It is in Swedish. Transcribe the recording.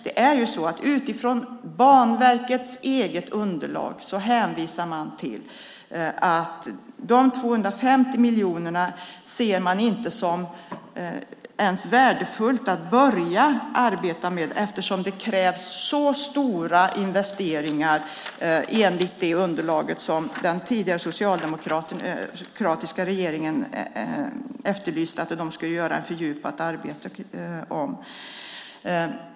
I Banverkets eget underlag säger man att de 250 miljonerna gjorde det inte värdefullt att ens påbörja det fördjupade arbete som den tidigare, socialdemokratiska regeringen efterlyste, eftersom det skulle krävas så stora investeringar.